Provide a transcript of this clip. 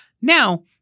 Now